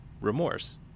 remorse